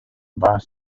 bas